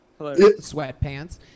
Sweatpants